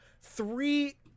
Three